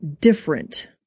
different